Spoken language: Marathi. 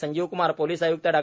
संजीव क्मार पोलीस आय्क्त डॉ